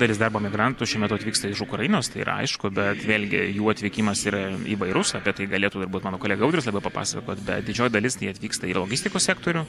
dalis darbo migrantų šiuo metu atvyksta iš ukrainos tai yra aišku bet vėlgi jų atvykimas yra įvairus apie tai galėtų turbūt mano kolega audrius labai papasakot bet didžioji dalis tai atvyksta ir logistikos sektorių